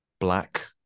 Black